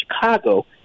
Chicago